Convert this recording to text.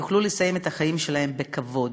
יוכלו לסיים את החיים שלהם בכבוד,